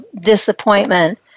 disappointment